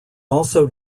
also